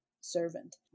servant